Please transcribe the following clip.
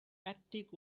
attic